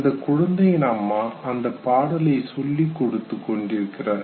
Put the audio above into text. அந்த குழந்தையின் அம்மா அந்தப்பாடலை சொல்லிக் கொடுத்துக் கொண்டிருக்கிறார்